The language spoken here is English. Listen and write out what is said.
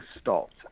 stopped